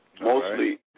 Mostly